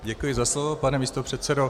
Děkuji za slovo, pane místopředsedo.